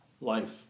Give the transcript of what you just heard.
life